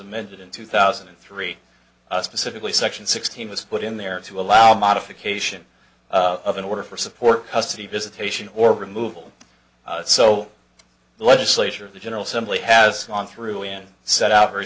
amended in two thousand and three specifically section sixteen was put in there to allow modification of an order for support custody visitation or removal so the legislature of the general assembly has gone through in set out